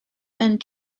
and